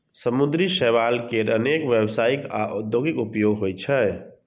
समुद्री शैवाल केर अनेक व्यावसायिक आ औद्योगिक उपयोग होइ छै